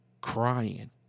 crying